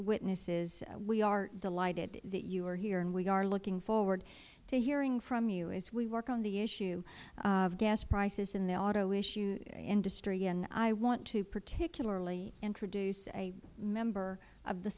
witnesses we are delighted that you are here and we are looking forward to hearing from you as we work on the issue of gas prices and the auto industry and i want to particularly introduce a member of the